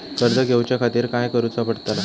कर्ज घेऊच्या खातीर काय करुचा पडतला?